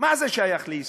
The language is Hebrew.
מה זה שייך להישרדות?